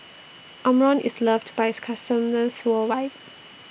Omron IS loved By its customers worldwide